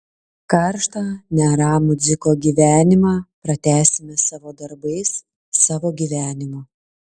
karštą neramų dziko gyvenimą pratęsime savo darbais savo gyvenimu